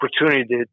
opportunity